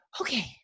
okay